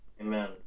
Amen